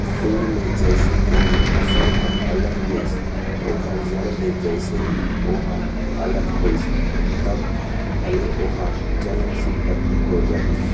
पेड़ ले जइसे कोनो फसल ह अलग होइस ओखर जड़ ले जइसे ही ओहा अलग होइस तब भले ओहा चल संपत्ति हो जाही